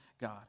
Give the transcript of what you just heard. God